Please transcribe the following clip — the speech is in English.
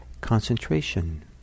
concentration